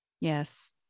yes